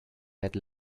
head